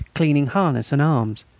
cleaning harness and arms,